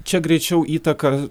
čia greičiau įtaką